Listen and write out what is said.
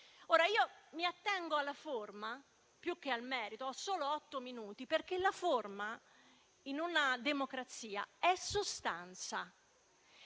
Ora, io mi attengo alla forma più che al merito - ho solo otto minuti - perché la forma in una democrazia è sostanza.